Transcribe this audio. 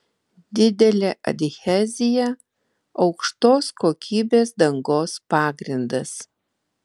didelė adhezija aukštos kokybės dangos pagrindas